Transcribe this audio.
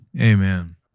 Amen